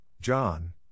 John